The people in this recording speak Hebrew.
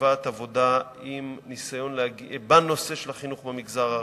ישיבת עבודה בנושא של החינוך במגזר הערבי,